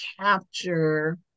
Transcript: capture